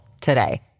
today